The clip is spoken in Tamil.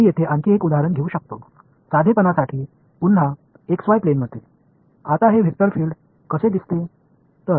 மீண்டும் x y ப்ளேனில் எளிமையான மற்றொரு உதாரணத்தை எடுத்துக்கொள்வோம் இப்போது இந்த வெக்டர் பீல்டு பார்ப்பதற்கு எப்படி இருக்கின்றது